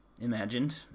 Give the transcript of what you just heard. imagined